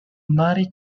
mare